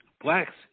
Blacks